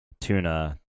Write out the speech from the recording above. tuna